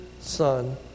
Son